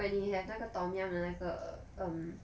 when 你 have 那个 tom yum 的那个 um